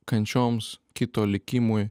kančioms kito likimui